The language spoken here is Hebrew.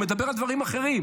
הוא מדבר על דברים אחרים.